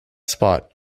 spot